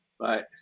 bye